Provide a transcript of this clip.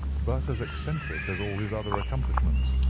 but as eccentric as all his other accomplishments.